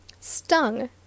Stung